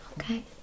Okay